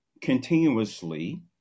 continuously